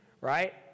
Right